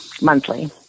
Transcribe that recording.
Monthly